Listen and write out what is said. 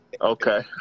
Okay